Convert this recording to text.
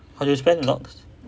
how do you spell logs